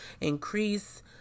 increase